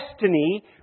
destiny